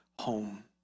home